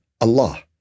Allah